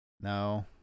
No